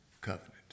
covenant